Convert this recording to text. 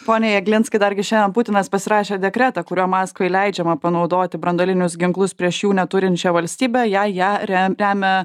pone jeglinski dar gi šiandien putinas pasirašė dekretą kuriuo maskvai leidžiama panaudoti branduolinius ginklus prieš jų neturinčią valstybę jei ją re remia